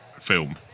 film